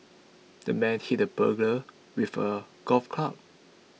the man hit the burglar with a golf club